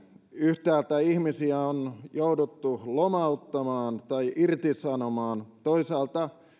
yhtäältä ihmisiä on jouduttu lomauttamaan tai irtisanomaan toisaalta